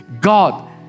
God